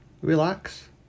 relax